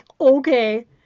okay